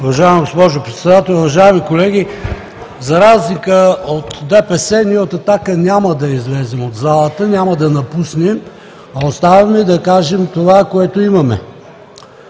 Уважаема госпожо Председател, уважаеми колеги! За разлика от ДПС, ние от „Атака“ няма да излезем от залата, няма да напуснем, а оставаме да кажем това, което имаме.